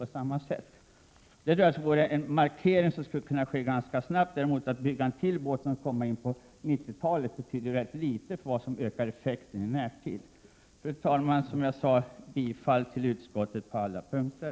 Att tillåta vapen från våra ubåtar vore en markering som skulle kunna åstadkommas ganska snabbt. Herr talman! Jag yrkar återigen bifall till utskottets hemställan på samtliga punkter.